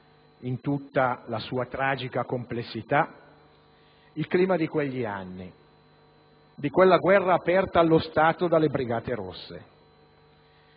in tutta la sua tragica complessità il clima di quegli anni, di quella guerra aperta allo Stato dalle brigate rosse.